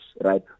right